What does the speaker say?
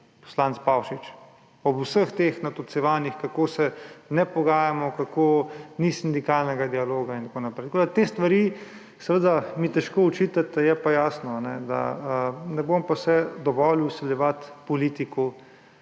poslanec Pavšič. Ob vseh teh natolcevanjih, kako se ne pogajamo, kako ni sindikalnega dialoga in tako naprej. Tako da te stvari mi težko očitate. Je pa jasno, da se pa ne bom dovolil izsiljevati politiku